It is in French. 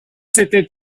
c’était